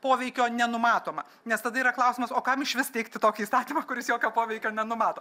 poveikio nenumatoma nes tada yra klausimas o kam išvis teikti tokį įstatymą kuris jokio poveikio nenumato